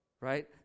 right